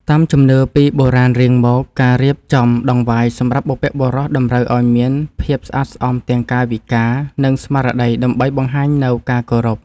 តាមជំនឿពីបុរាណរៀងមកការរៀបចំដង្វាយសម្រាប់បុព្វបុរសតម្រូវឱ្យមានភាពស្អាតស្អំទាំងកាយវិការ និងស្មារតីដើម្បីបង្ហាញនូវការគោរព។